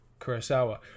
kurosawa